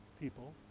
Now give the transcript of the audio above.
people